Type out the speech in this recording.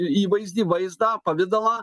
įvaizdį vaizdą pavidalą